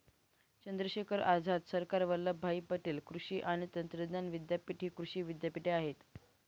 चंद्रशेखर आझाद, सरदार वल्लभभाई पटेल कृषी आणि तंत्रज्ञान विद्यापीठ हि कृषी विद्यापीठे आहेत